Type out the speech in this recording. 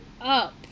up